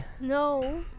No